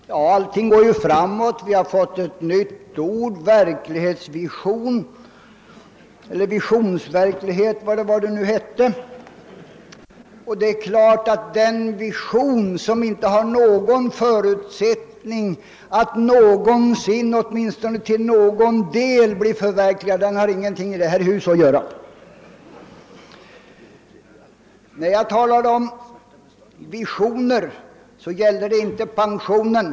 Herr talman! Allting går ju framåt. Vi har fått ett nytt ord: verklighetsvision eller om det nu var visionsverklighet. Det är klart att en vision som inte har någon förutsättning att någonsin åtminstone till någon del bli förverkligad inte har någonting att göra i detta hus. När jag talade om visioner gällde det inte pensionen.